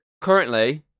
Currently